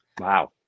Wow